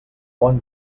bon